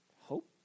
hope